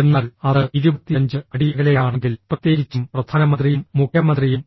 എന്നാൽ അത് 25 അടി അകലെയാണെങ്കിൽ പ്രത്യേകിച്ചും പ്രധാനമന്ത്രിയും മുഖ്യമന്ത്രിയും